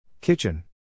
Kitchen